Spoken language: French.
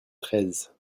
treize